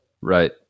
Right